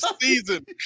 season